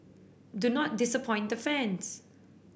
do not disappoint the fans